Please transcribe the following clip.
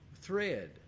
thread